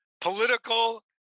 political